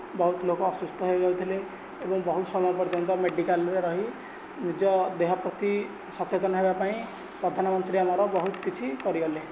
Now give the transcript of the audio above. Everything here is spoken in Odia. ବହୁତ ଲୋକ ଅସୁସ୍ଥ ହେଇଯାଉଥିଲେ ଏବଂ ବହୁତ ସମୟ ପର୍ଯ୍ୟନ୍ତ ମେଡିକାଲରେ ରହି ନିଜ ଦେହ ପ୍ରତି ସଚେତନ ହେବା ପାଇଁ ପ୍ରଧାନମନ୍ତ୍ରୀ ଆମର ବହୁତ କିଛି କରିଗଲେ